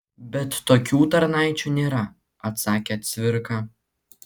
bet tokių tarnaičių nėra atsakė cvirka